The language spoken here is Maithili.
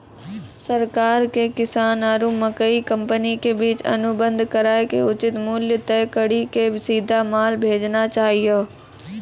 सरकार के किसान आरु मकई कंपनी के बीच अनुबंध कराय के उचित मूल्य तय कड़ी के सीधा माल भेजना चाहिए?